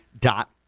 dot